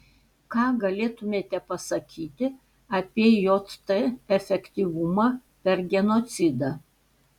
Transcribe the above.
ką galėtumėte pasakyti apie jt efektyvumą per genocidą